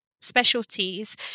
specialties